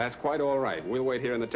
that's quite all right we'll wait here in the